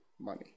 money